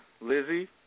Lizzie